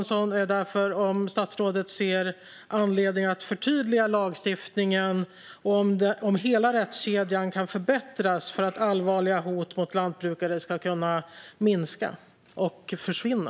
Ser statsrådet anledning att förtydliga lagstiftningen, och kan hela rättskedjan förbättras för att allvarliga hot mot lantbrukare ska minska och försvinna?